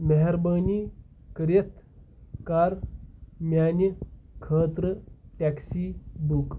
مہربٲنی کٔرِتھ کَر میٛانہِ خٲطرٕ ٹیکسی بُک